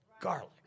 garlic